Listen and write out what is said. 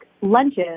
lunches